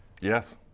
Yes